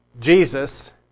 Jesus